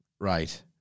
Right